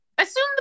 Assume